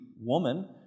woman